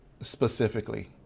specifically